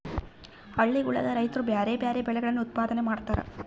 ಹಳ್ಳಿಗುಳಗ ರೈತ್ರು ಬ್ಯಾರೆ ಬ್ಯಾರೆ ಬೆಳೆಗಳನ್ನು ಉತ್ಪಾದನೆ ಮಾಡತಾರ